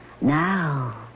Now